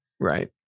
right